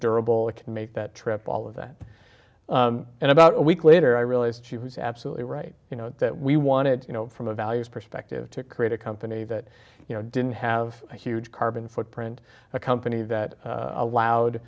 durable it can make that trip all of that about a week later i realized she was absolutely right you know that we wanted you know from a values perspective to create a company that didn't have a huge carbon footprint a company that allowed